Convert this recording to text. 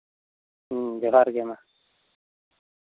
ᱦᱮᱸ ᱡᱚᱦᱟᱨᱜᱮ ᱢᱟ